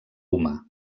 humà